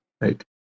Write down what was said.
right